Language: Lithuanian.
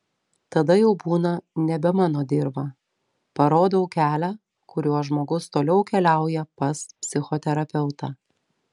tada jau būna nebe mano dirva parodau kelią kuriuo žmogus toliau keliauja pas psichoterapeutą